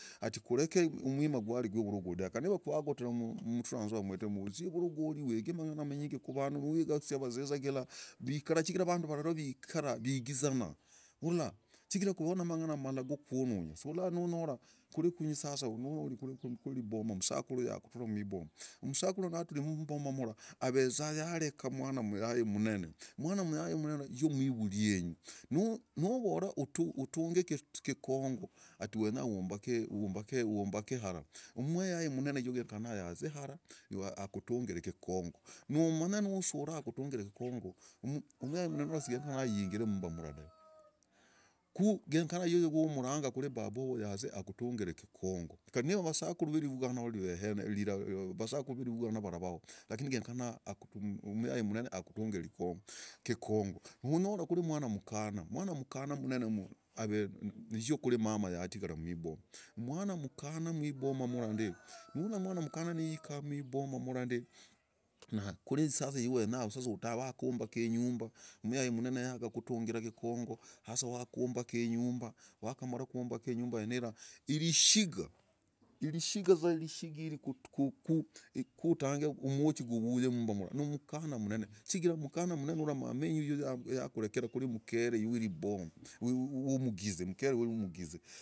Kureka mwima gwari ivarogori dah. kari niva kwa gotera mtranzoia mwitu humu. uzii ivurogori uege mang'ana manyingi ku vandu. nu kugazi avazizagila. viikara chigira vandu va nairobi viikara vigizana hulla. Chigira kuvolana mang'ana malla gukuonanya. sulla nu nyota kuri riboma musakuru ya kutura muboma aveza yareka mwana muyai munene yi mwivuri wenyu. ni uvora utunge kikongo. wenya uumbake ara. muyai munene yu genyeka aaze ara kutungiri kikongo. nu manye ni uambakare akutungiri kikongo. nu manye nu sura akutungire kikongo. mundu genyekana aingire mumba mra dakhu genyeka umrange kuri msakuru akutungire kikongo. kari vasukuru va vugana vamava veo. genyekana akutungire kikongo. unyona kuri mwana mukana munene. ni kuri mama yatigara muboma nulla mwana mukana yikaa muboma ndi kuri iwe ndi wakumbaka inyumba yikaa muboma ndi kuri iwe ndi wakumbaka inyumba muyai munena akutungire kikongo wakamara kuumbaka inyumba ira. irishiga ku moshi gutange kuhuya munyumba ira ni mukana munene. mama yamureka kuri mukere wiiboma.